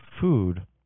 food